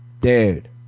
Dude